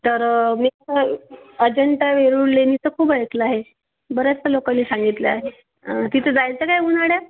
तर मी तर अजंटा वेरूळ लेणी तर खूप ऐकलं आहे बऱ्याचशा लोकांनी सांगितलं आहे तिथं जायचं काय उन्हाळ्यात